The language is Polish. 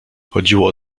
chodziło